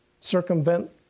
circumvent